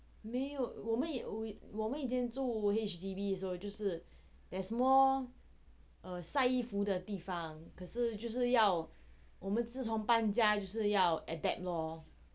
没有我们也为我们以前住 H_D_B 说就是 there's more err 晒衣服的地方可是就是要我们自从搬家就是要 adapt lor